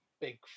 big